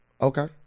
Okay